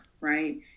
Right